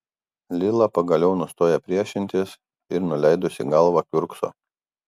lila pagaliau nustoja priešintis ir nuleidusi galvą kiurkso